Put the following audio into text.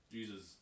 Jesus